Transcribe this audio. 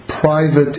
private